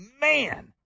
man